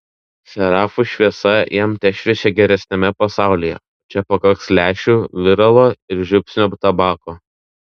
serafų šviesa jam tešviečia geresniame pasaulyje o čia pakaks lęšių viralo ir žiupsnio tabako